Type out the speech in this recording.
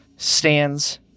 Stands